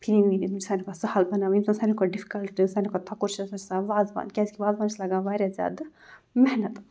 پھِرِنۍ یِم چھِ سارنی کھۄتہٕ سہل بَناوٕنۍ یُس زَن سارنی کھۄتہٕ ڈِفکَلٹ یُِس سارنی کھۄتہٕ تھوٚکُر چھِ سُہ چھِ آسان وازوان کیٛازِکہِ وازوانَس چھِ لگان واریاہ زیادٕ محنت